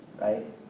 right